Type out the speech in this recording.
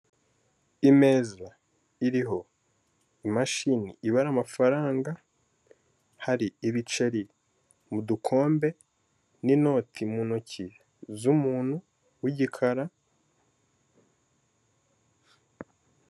Imeza iriho imashini ibara amafaranga, hari ibiceri mu dukombe ninoti mu ntoki z'umuntu wigikara.